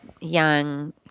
young